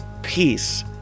peace